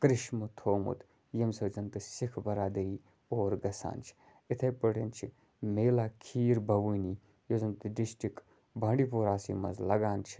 کرٛشمہٕ تھومُت ییٚمہِ سۭتۍ زَن تہِ سِکھ بَرادٔری اور گَژھان چھِ یتھٔے پٲٹھۍ چھِ میلا کھیٖر بَوٲنی یۄس زَن تہِ ڈِسٹِرٛکٹ بانٛڈی پوراہسٕے مَنٛز لَگان چھِ